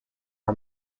are